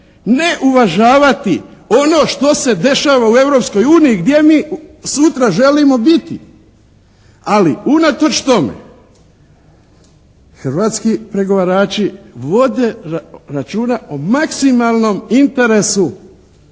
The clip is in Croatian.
ne uvažavati ono što se dešava u Europskoj uniji gdje mi sutra želimo biti. Ali unatoč tome hrvatski pregovarači vode računa o maksimalnom interesu